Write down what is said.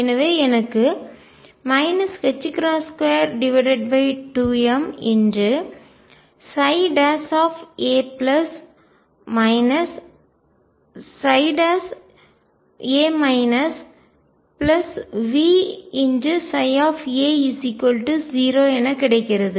எனவே எனக்கு 22ma a Vψa0 என கிடைக்கிறது